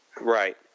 Right